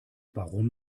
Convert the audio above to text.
warum